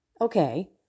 Okay